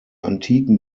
antiken